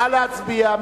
נא להצביע.